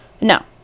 No